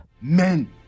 Men